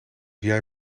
jij